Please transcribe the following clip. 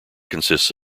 consists